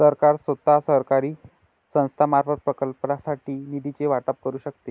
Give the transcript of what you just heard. सरकार स्वतः, सरकारी संस्थांमार्फत, प्रकल्पांसाठी निधीचे वाटप करू शकते